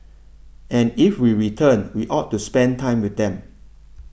and if we return we ought to spend time with them